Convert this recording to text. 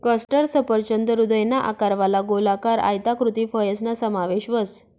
custard सफरचंद हृदयना आकारवाला, गोलाकार, आयताकृती फयसना समावेश व्हस